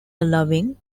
allowing